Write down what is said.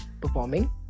performing